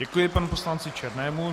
Děkuji panu poslanci Černému.